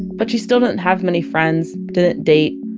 but she still didn't have many friends, didn't date,